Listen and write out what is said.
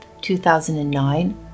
2009